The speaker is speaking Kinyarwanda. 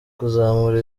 kuzamura